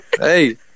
hey